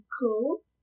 cool